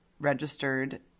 registered